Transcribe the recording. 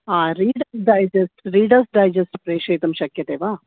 आ Reader Digest Reader's Digest प्रेषयतुं शक्यते वा